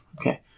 Okay